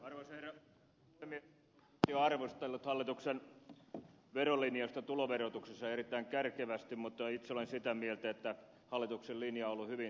oppositio on arvostellut hallituksen verolinjausta tuloverotuksessa erittäin kärkevästi mutta itse olen sitä mieltä että hallituksen linja on ollut hyvin selkeä